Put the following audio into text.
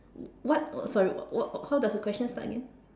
what sorry what what how does the question start again